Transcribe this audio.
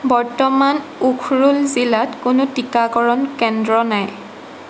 বৰ্তমান উখৰুল জিলাত কোনো টীকাকৰণ কেন্দ্ৰ নাই